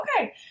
Okay